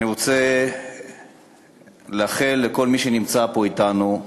אני רוצה לאחל לכל מי שנמצא פה אתנו,